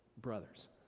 brothers